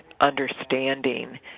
understanding